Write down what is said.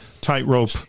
tightrope